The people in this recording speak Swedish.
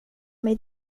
mig